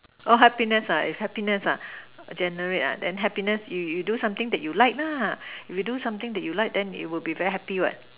oh happiness if happiness generate then happiness you you do something you that you like lah if you do something that you like then very happy what